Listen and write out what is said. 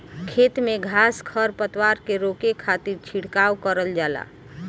खेत में घास खर पतवार के रोके खातिर छिड़काव करल जाला